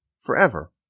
forever